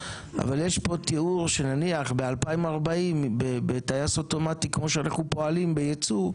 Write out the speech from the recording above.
אבל יש פה תיאור שנניח ב-2040 בטייס אוטומטי כמו שאנחנו פועלים בייצוא,